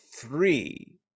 three